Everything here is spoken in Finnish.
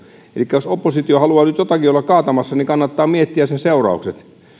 elikkä jos oppositio haluaa nyt jotakin olla kaatamassa niin kannattaa miettiä sen seuraukset